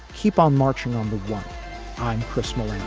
keep on marching on the one i'm xml